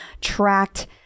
tracked